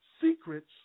secrets